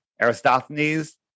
Aristophanes